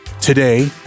today